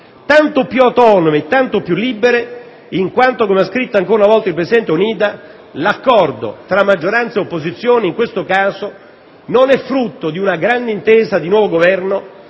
tanto più autonome e tanto più libere in quanto, come ha scritto ancora una volta il presidente Onida, l'accordo tra maggioranza e opposizione in questo caso non è frutto di una grande intesa su un nuovo Governo,